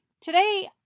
today